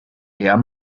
der